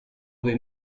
due